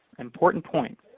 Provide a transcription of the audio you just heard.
important point.